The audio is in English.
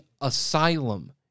asylum